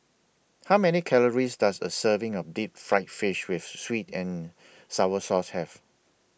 How Many Calories Does A Serving of Deep Fried Fish with Sweet and Sour Sauce Have